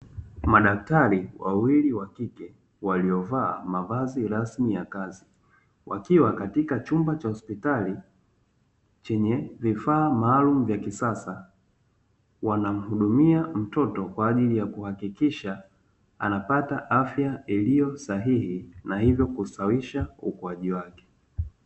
Madaktari wawili wakike waliovaa mavazi rasmi ya kazi. Wakiwa katika chumba cha hospitali chenye vifaa maalumu vya kisasa, wanamhudumia mtoto kwa ajili ya kuhakikisha anapata afya iliyo sahihi na hivyo kustawisha ukuaji wake.